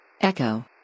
Echo